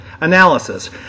Analysis